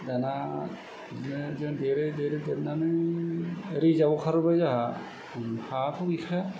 दाना बिदिनो जों देरै देरै देरनानै रिजार्भ आव खारबोबाय जोंहा हायाथ' गैखाया